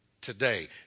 today